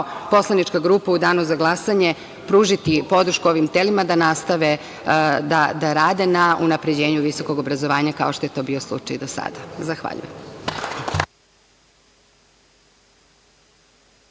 poslanička grupa mi ćemo u danu za glasanje pružiti podršku ovim telima da nastave da rade na unapređenju visokog obrazovanja, kao što je to bio slučaj i do sada. Zahvaljujem.